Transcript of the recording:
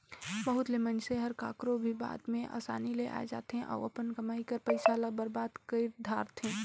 बहुत ले मइनसे हर काकरो भी बात में असानी ले आए जाथे अउ अपन कमई कर पइसा ल बरबाद कइर धारथे